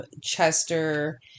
Chester